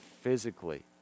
physically